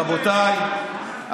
רבותיי,